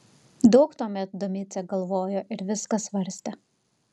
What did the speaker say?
daug tuomet domicė galvojo ir viską svarstė